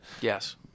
Yes